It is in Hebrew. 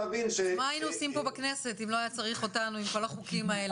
מה היינו עושים פה בכנסת אם לא היה צריך אותנו עם כל החוקים האלה?